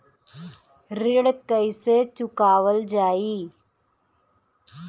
ऋण कैसे चुकावल जाई?